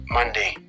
Monday